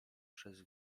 przez